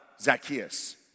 Zacchaeus